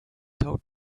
told